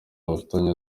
bafitanye